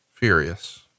Furious